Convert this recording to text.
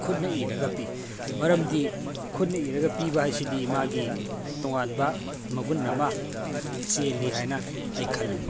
ꯈꯨꯠꯅ ꯏꯔꯒ ꯄꯤ ꯃꯔꯝꯗꯤ ꯈꯨꯠꯅ ꯏꯔꯒ ꯄꯤꯕ ꯍꯥꯏꯁꯤꯗꯤ ꯃꯥꯒꯤ ꯇꯣꯉꯥꯟꯕ ꯃꯒꯨꯝ ꯑꯃ ꯆꯦꯜꯂꯤ ꯍꯥꯏꯅ ꯑꯩ ꯈꯜꯂꯤ